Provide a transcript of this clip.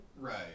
Right